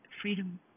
Freedom